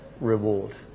reward